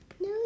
no